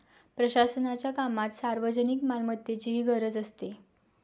प्रशासनाच्या कामात सार्वजनिक मालमत्तेचीही गरज असते